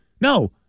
No